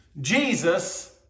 Jesus